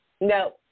no